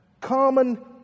Common